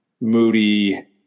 Moody